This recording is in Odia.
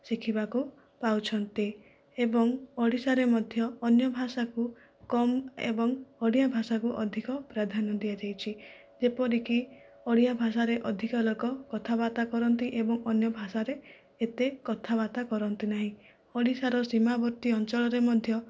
ଶିଖିବାକୁ ପାଉଛନ୍ତି ଏବଂ ଓଡ଼ିଶାରେ ମଧ୍ୟ ଅନ୍ୟ ଭାଷାକୁ କମ ଏବଂ ଓଡ଼ିଆ ଭାଷାକୁ ଅଧିକ ପ୍ରାଧ୍ୟାନ୍ୟ ଦିଆଯାଇଛି ଯେପରିକି ଓଡ଼ିଆ ଭାଷାରେ ଅଧିକା ଲୋକ କଥାବାର୍ତ୍ତା କରନ୍ତି ଏବଂ ଅନ୍ୟ ଭାଷାରେ ଏତେ କଥାବାର୍ତ୍ତା କରନ୍ତି ନାହିଁ ଓଡ଼ିଶାର ସୀମାବର୍ତ୍ତୀ ଅଞ୍ଚଳରେ ମଧ୍ୟ